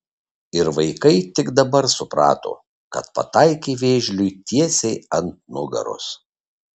ir vaikai tik dabar suprato kad pataikė vėžliui tiesiai ant nugaros